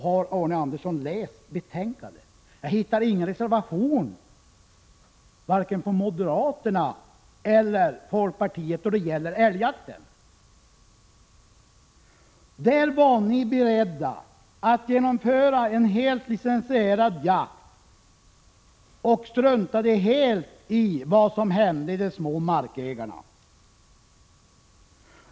Har Arne Andersson läst det betänkandet? Jag kan inte se att det finns någon reservation vare sig från moderaterna eller från folkpartiet då det gäller älgjakten. I jaktoch viltvårdsberedningen var ni i varje fall beredda att genomföra en helt licensierad jakt. Ni struntade helt i vad som hände med de mindre markägarna.